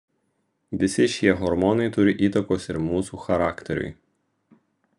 visi šie hormonai turi įtakos ir mūsų charakteriui